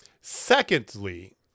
Secondly